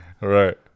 Right